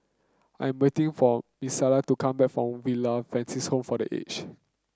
I'm waiting for Milissa to come back from Villa Francis Home for The Age